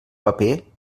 paper